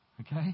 okay